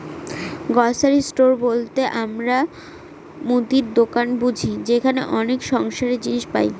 grocery store বলতে আমরা মুদির দোকান বুঝি যেখানে অনেক সংসারের জিনিস পাই